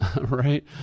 right